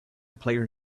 player